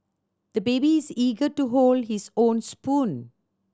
the baby is eager to hold his own spoon